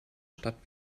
stadt